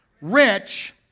Rich